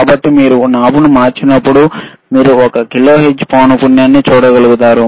కాబట్టి మీరు నాబ్ను మార్చినప్పుడు మీరు ఒక కిలోహెర్ట్జ్ పౌనపున్యంని చూడగలుగుతారు